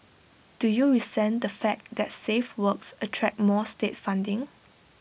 do you resent the fact that safe works attract more state funding